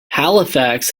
halifax